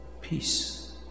peace